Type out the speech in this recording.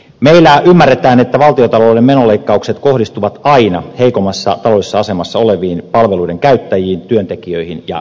meillä ymmärretään että valtiontalouden menoleikkaukset kohdistuvat aina heikommassa taloudellisessa asemassa oleviin palveluiden käyttäjiin työntekijöihin ja yrittäjiin